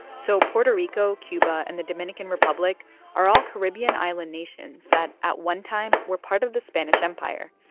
so puerto rico, cuba and the dominican republic are all caribbean island nations that, at one time, were part of the spanish empire.